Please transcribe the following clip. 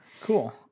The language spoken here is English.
Cool